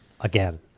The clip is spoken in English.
again